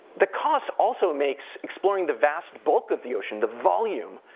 the cost also makes exploring the vast bulk of the ocean, the volume,